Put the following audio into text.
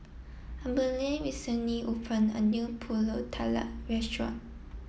Abdiel recently opened a new Pulut Tatal Restaurant